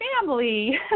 family